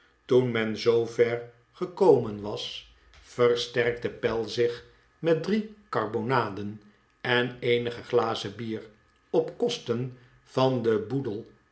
toen men zoover gekomen was versterkte pell zich met drie karbonaden en eenige glazen bier op kosten van den boedel